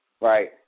Right